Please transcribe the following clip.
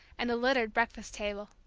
and a littered breakfast table.